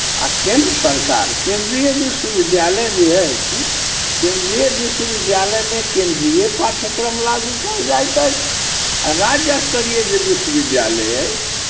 आ केन्द्र सरकार केन्द्रीय विश्वविद्यालय जे अइ केन्द्रीय विश्वविद्यालयमे केन्द्रीय पाठ्यक्रम लागू कयल जाइत अइ आ राज्य स्तरीय जे विश्वविद्यालय अइ